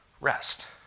rest